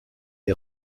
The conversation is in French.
est